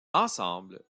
ensemble